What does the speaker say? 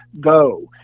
go